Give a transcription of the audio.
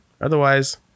Otherwise